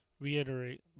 reiterate